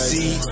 See